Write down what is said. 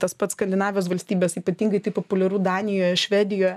tas pats skandinavijos valstybės ypatingai tai populiaru danijoje švedijoje